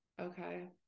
Okay